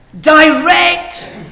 direct